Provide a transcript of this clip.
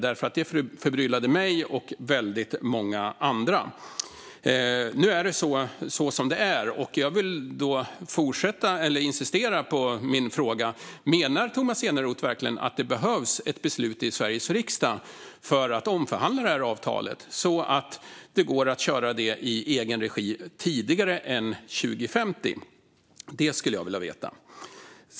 Det förbryllade nämligen mig och många andra. Nu är det som det är. Jag vill insistera på min fråga. Menar Tomas Eneroth verkligen att det behövs ett beslut i Sveriges riksdag för att omförhandla det avtalet så att det går att köra i egen regi tidigare än 2050? Det skulle jag vilja veta.